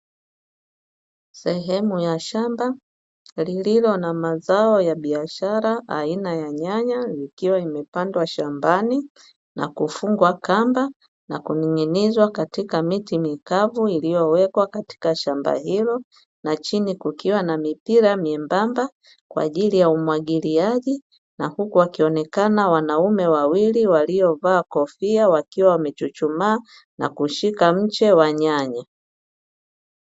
Sehemu ya shamba lililo na mazao ya biashara aina ya nyanya ikiwa imepandwa shambani na kufungwa kamba na kuning'inizwa katika miti mikavu iliyowekwa katika shamba hilo na chini kukiwa na mipira mimbamba kwa ajili ya umwagiliaji, na huku wakionekana wanaume wawili waliovaa kofia wakiwa wamechuchumaa na kushika mche wa nyanya.